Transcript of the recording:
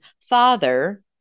father